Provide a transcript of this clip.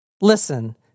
Listen